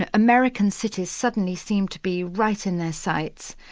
and american cities suddenly seemed to be right in their sites,